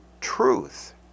truth